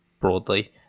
broadly